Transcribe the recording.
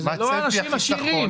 זה לא אנשים עשירים,